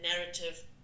narrative